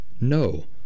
No